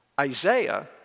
Isaiah